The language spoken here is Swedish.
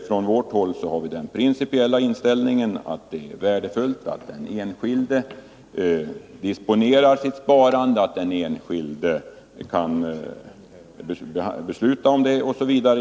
Från vårt håll har vi den principiella inställningen att det är värdefullt att den enskilde disponerar sitt sparande och kan besluta om det.